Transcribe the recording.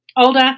Older